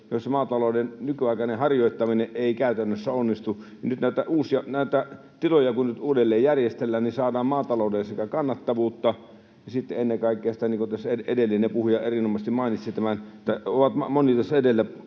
joilla maatalouden nykyaikainen harjoittaminen ei käytännössä onnistu. Nyt kun näitä tiloja uudelleen järjestellään, saadaan maataloudelle sekä kannattavuutta että sitten ennen kaikkea, niin kuin tässä edellinen puhuja ja monet edellä